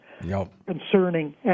concerning